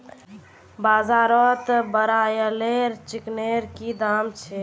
बाजारत ब्रायलर चिकनेर की दाम च ल छेक